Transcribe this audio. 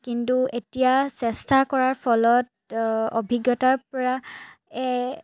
কিন্তু এতিয়া চেষ্টা কৰাৰ ফলত অভিজ্ঞতাৰ পৰা